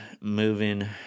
moving